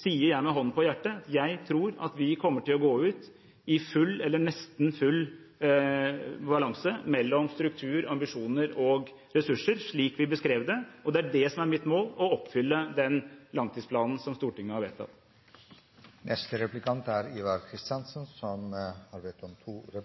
sier jeg med hånden på hjertet: Jeg tror at vi kommer til å gå ut i full – eller nesten full – balanse mellom struktur, ambisjoner og ressurser, slik vi beskrev det, og det er det som er mitt mål, å oppfylle den langtidsplanen som Stortinget har vedtatt. Jeg tror den redegjørelsen som